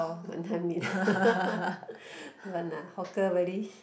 Wanton-Mian don't want uh hawker very